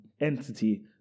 entity